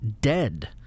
dead